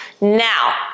Now